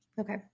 Okay